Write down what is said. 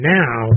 now